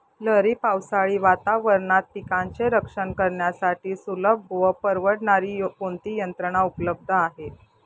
लहरी पावसाळी वातावरणात पिकांचे रक्षण करण्यासाठी सुलभ व परवडणारी कोणती यंत्रणा उपलब्ध आहे?